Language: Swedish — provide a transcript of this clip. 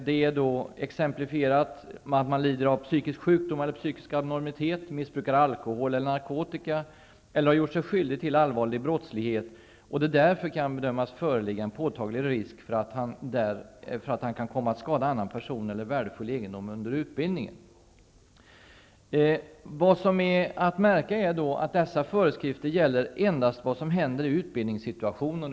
Det är exemplifierat med att den studerande lider av psykisk sjukdom eller psykisk abnormitet, missbrukar alkohol eller narkotika eller har gjort sig skyldig till allvarlig brottslighet och det därför kan bedömas föreligga påtaglig risk för att han kan komma att skada annan person eller värdefull egendom under utbildningen. Vad som är att märka är att dessa föreskrifter endast gäller utbildningssituationen.